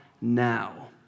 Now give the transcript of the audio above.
now